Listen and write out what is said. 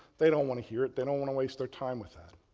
they don't want to hear it, they don't want to waste their time with that.